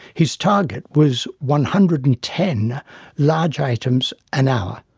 his target was one hundred and ten large items an hour,